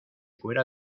fuera